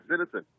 citizen